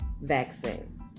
vaccine